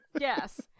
Yes